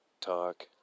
talk